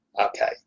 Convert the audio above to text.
Okay